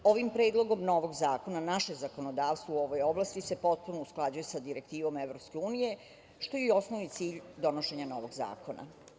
Ovim Predlogom novog zakona naše zakonodavstvo u ovoj oblasti se potpuno usklađuje sa direktivnom Evropske unije, što je i osnovni cilj donošenja novog zakona.